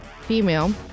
female